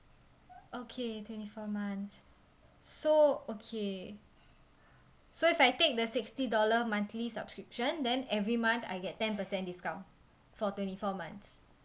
okay twenty four months so okay so if I take the sixty dollar monthly subscription then every month I get ten percent discount for twenty four months